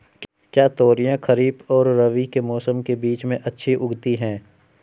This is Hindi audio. क्या तोरियां खरीफ और रबी के मौसम के बीच में अच्छी उगती हैं?